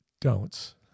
don'ts